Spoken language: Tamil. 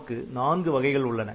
நமக்கு நான்கு வகைகள் உள்ளன